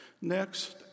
Next